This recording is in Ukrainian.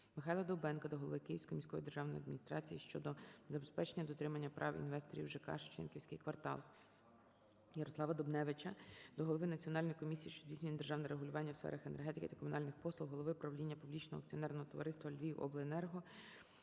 МихайлаДовбенка до голови Київської міської державної адміністрації щодо забезпечення дотримання прав інвесторів ЖК "Шевченківський квартал". ЯрославаДубневича до голови Національної комісії, що здійснює державне регулювання у сферах енергетики та комунальних послуг, голови правління публічного акціонерного товариства «Львівобленерго»